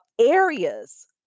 areas